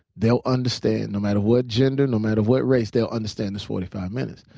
they'll understand no matter what gender, no matter what race, they'll understand this forty five minutes.